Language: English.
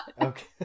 Okay